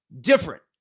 different